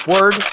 word